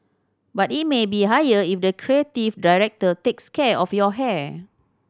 but it may be higher if the creative director takes care of your hair